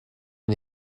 une